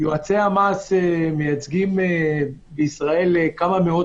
יועצי המס מייצגים בישראל כמה מאות